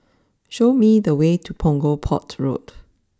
show me the way to Punggol Port Road